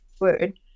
word